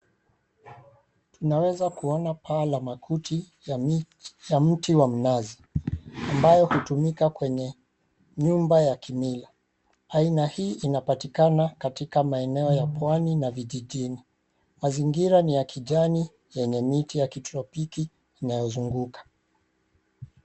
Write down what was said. Tunaweza kuona paa la makuti ya mti wa mnazi ambao hutumika kwenye nyumba ya kimila. Aina hii inapatikana katika maeneo ya pwani na vijijini. Mazingira ni ya kijani yenye miti ya kitropiki inayoizunguka